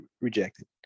rejected